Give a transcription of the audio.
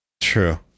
True